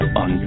on